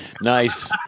Nice